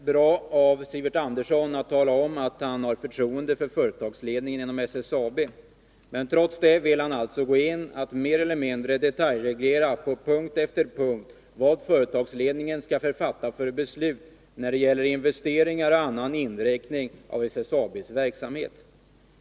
Fru talman! Det var bra att Sivert Andersson talade om att han har förtroende för SSAB:s företagsledning. Trots detta vill han på punkt efter punkt gå in och mer eller mindre detaljreglera vilka beslut företagsledningen skall fatta när det gäller investeringar och annat som rör SSAB:s verksamhet.